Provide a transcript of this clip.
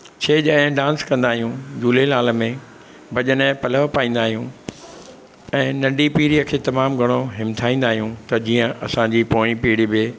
छेॼ ऐं डान्स कंदा आहियूं झुलेलाल में भॼन ऐं पलव पाईंदा आहियूं ऐं नंढी पीढ़ी खे तमामु घणो हिमथाईंदा आहियूं त असांजी पोईं पीढ़ी बि